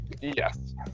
Yes